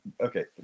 okay